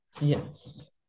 yes